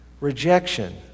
rejection